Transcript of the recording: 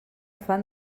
fan